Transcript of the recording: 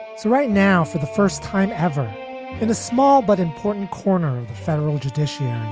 so right now, for the first time ever in a small but important corner, the federal judiciary,